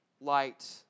light